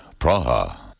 Praha